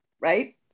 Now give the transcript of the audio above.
Right